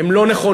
הן לא נכונות.